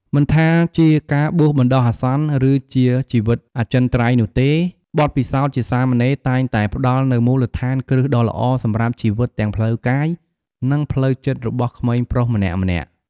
មិនថាជាការបួសបណ្ដោះអាសន្ន ឬជាជីវិតអចិន្ត្រៃយ៍នោះទេ បទពិសោធន៍ជាសាមណេរតែងតែផ្ដល់នូវមូលដ្ឋានគ្រឹះដ៏ល្អសម្រាប់ជីវិតទាំងផ្លូវកាយ និងផ្លូវចិត្តរបស់ក្មេងប្រុសម្នាក់ៗ។